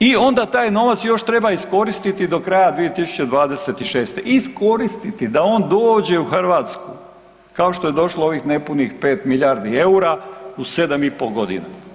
I onda taj novac još treba iskoristiti do kraja 2026., iskoristiti da on dođe u Hrvatsku, kao što je došlo ovih nepunih 5 milijardi EUR-a u 7,5.g.